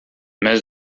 mes